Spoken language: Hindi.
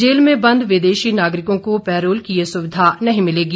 जेल में बंद विदेशी नागरिकों को पैरोल की ये सुविधा नही मिलेगी